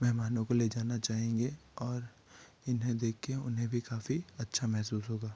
मेहमानों को ले जाना चाहेंगे और इन्हें देख के उन्हें भी काफ़ी अच्छा महसूस होगा